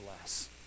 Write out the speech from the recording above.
less